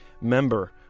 member